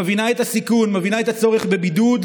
מבינה את הסיכון, מבינה את הצורך בבידוד,